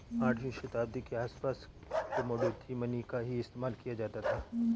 आठवीं शताब्दी के आसपास कोमोडिटी मनी का ही इस्तेमाल किया जाता था